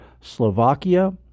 Slovakia